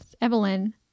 evelyn